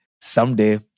someday